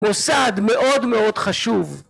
מוסד מאוד מאוד חשוב